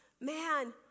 man